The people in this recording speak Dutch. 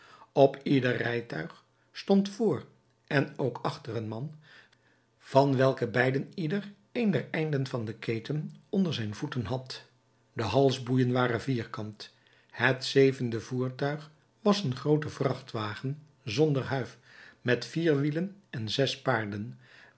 op ieder rijtuig stond vr en ook achter een man van welke beiden ieder een der einden van den keten onder zijn voeten had de halsboeien waren vierkant het zevende voertuig was een groote vrachtwagen zonder huif met vier wielen en zes paarden